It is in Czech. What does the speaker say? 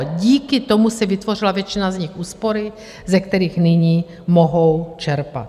Díky tomu si vytvořila většina z nich úspory, ze kterých nyní mohou čerpat.